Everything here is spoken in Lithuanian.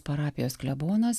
parapijos klebonas